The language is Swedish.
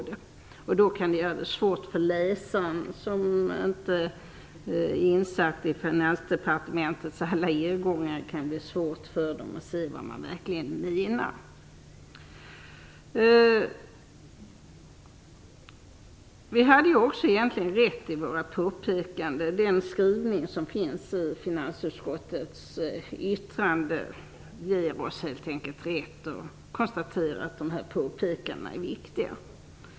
Därför kan det bli svårt för läsaren, som inte är insatt i Finansdepartementets alla irrgångar. Det kan bli svårt att förstå vad som verkligen menas. Egentligen har vi rätt i våra påpekanden. Skrivningen i finansutskottets betänkande ger oss helt enkelt rätt. Det konstateras att de här påpekandena är viktiga.